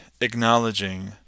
acknowledging